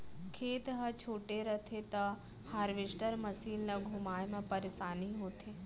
खेत ह छोटे रथे त हारवेस्टर मसीन ल घुमाए म परेसानी होथे